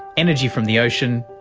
energy from the ocean,